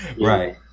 right